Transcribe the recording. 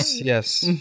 yes